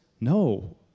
No